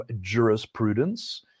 jurisprudence